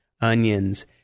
onions